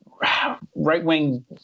right-wing